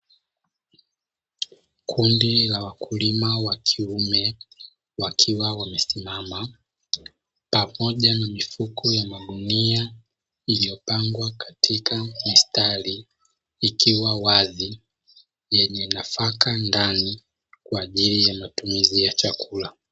Kundi la wakulima wa kiume wakiwa wamesimama, pamoja na mifuko ya magunia iliyopangwa katika mistari ikiwa wazi, yenye nafaka ndani, kwa ajili ya matumizi ya chakula.